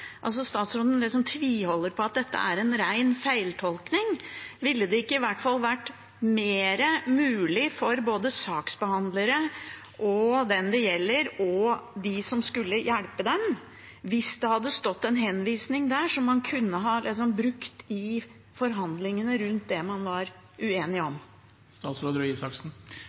Statsråden tviholder liksom på at dette er en rein feiltolkning. Ville det ikke i hvert fall ha vært mer mulig for både saksbehandlere, den det gjelder, og de som skulle hjelpe dem, hvis det hadde vært en henvisning der, som man kunne ha brukt i forhandlingene om det man var uenig om?